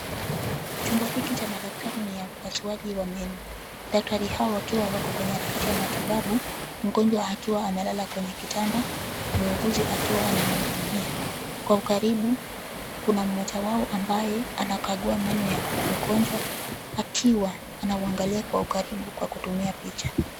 Chumba hiki cha madaktari ni ya upasuaji wa meno, daktari hao wakiwa wako kwenye harakati ya matibabu, mgonjwa akiwa amelala kwenye kitanda, muuguzi akiwa anamhudumia. Kwa ukaribu kuna mmoja wao ambaye anakagua meno ya mgonjwa akiwa anauangalia kwa ukaribu kwa kutumia picha.